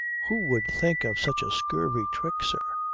who would think of such a scurvy trick, sir?